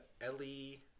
Ellie